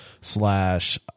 slash